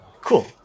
Cool